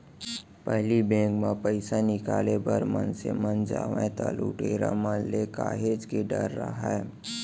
पहिली बेंक म पइसा निकाले बर मनसे मन जावय त लुटेरा मन ले काहेच के डर राहय